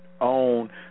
own